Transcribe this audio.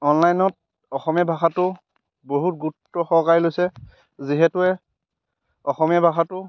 অনলাইনত অসমীয়া ভাষাটো বহুত গুৰুত্ব সহকাৰে লৈছে যিহেতুৱে অসমীয়া ভাষাটো